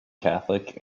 catholic